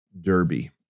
Derby